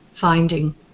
Finding